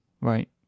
right